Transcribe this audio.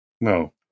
no